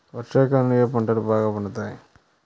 వర్షాకాలంలో ఏ పంటలు బాగా పండుతాయి?